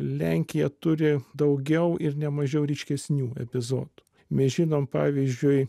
lenkija turi daugiau ir nemažiau ryškesnių epizodų mes žinom pavyzdžiui